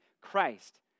Christ